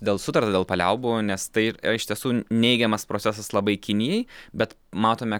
dėl sutarta dėl paliaubų nes tai ir iš tiesų neigiamas procesas labai kinijai bet matome